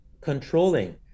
controlling